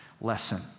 lesson